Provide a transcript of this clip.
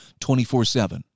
24-7